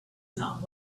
not